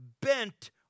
bent